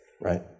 right